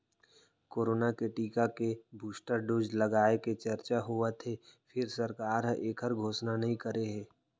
corona के टीका के बूस्टर डोज लगाए के चरचा होवत हे फेर सरकार ह एखर घोसना नइ करे हे